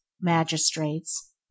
Magistrates